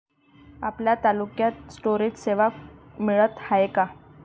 आपल्या तालुक्यात स्टोरेज सेवा मिळत हाये का?